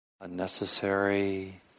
Unnecessary